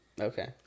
Okay